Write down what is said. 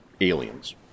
aliens